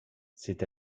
c’est